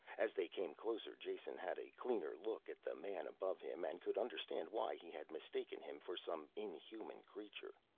as they came closer jason had a clearer look at the man above him and could understand why he had mistaken him for some inhuman creature.